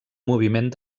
moviment